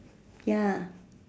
ya